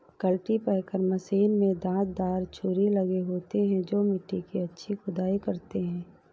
cultipacker machine में दांत दार छुरी लगे होते हैं जो मिट्टी की अच्छी खुदाई करते हैं